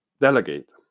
delegate